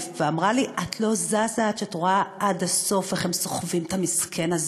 ואמרה לי: את לא זזה עד שאת רואה עד הסוף איך הם סוחבים את המסכן הזה,